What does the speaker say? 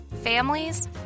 families